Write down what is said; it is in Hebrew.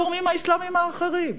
כל הגורמים האסלאמיים האחרים?